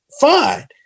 Fine